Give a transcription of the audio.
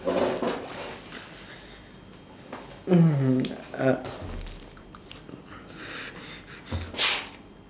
mm uh